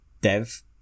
Dev